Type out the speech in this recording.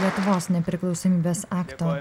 lietuvos nepriklausomybės akto